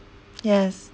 yes